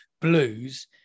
Blues